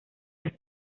las